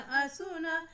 asuna